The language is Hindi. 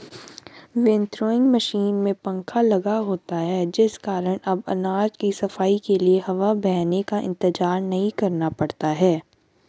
विन्नोइंग मशीन में पंखा लगा होता है जिस कारण अब अनाज की सफाई के लिए हवा बहने का इंतजार नहीं करना पड़ता है